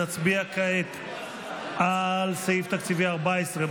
נצביע כעת על סעיף תקציבי 14,